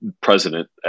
president